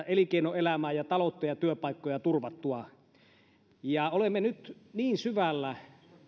elinkeinoelämää ja taloutta ja työpaikkoja turvattua olemme nyt niin syvällä